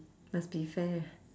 must be fair